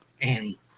Annie